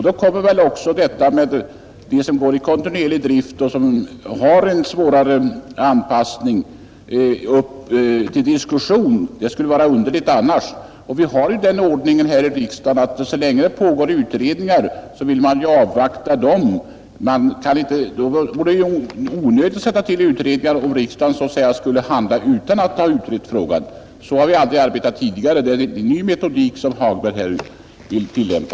Då kommer väl frågan om dem som går i kontinuerlig drift och som har anpassningssvårigheter upp till diskussion. Det skulle vara underligt annars. Vi har ju den ordningen här i riksdagen att så länge det pågår utredningar så vill man avvakta dem. Det vore ju onödigt att sätta till utredningar om riksdagen skulle handla utan att ha låtit utreda frågan. Så har vi aldrig arbetat tidigare. Det är en ny metodik som herr Hagberg här vill tillämpa.